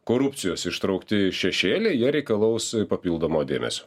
korupcijos ištraukti šešėliai jie reikalaus papildomo dėmesio